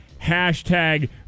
Hashtag